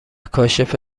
کاشف